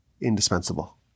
indispensable